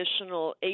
additional